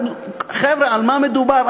חבר'ה, על מה מדובר?